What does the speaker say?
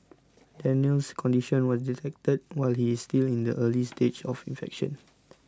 Daniel's condition was detected while he is still in the early stage of infection